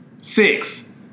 Six